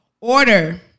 Order